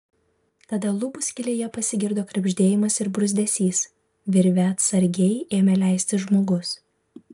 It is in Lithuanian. tada lubų skylėje pasigirdo krebždėjimas ir bruzdesys virve atsargiai ėmė leistis žmogus